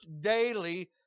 daily